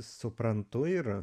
suprantu ir